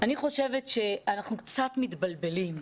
אני חושבת שאנחנו קצת מתבלבלים.